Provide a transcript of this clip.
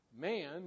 man